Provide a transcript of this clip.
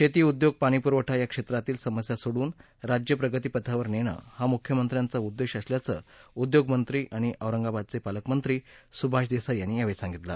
शेती उद्योग पाणी पुरवठा या क्षेत्रातील समस्या सोडवून राज्य प्रगतीपथावर नेणं हा मुख्यमंत्र्यांचा उद्देश असल्याचं उद्योगमंत्री आणि औरंगाबादचे पालकमंत्री सुभाष देसाई यांनी यावेळी म्हटलं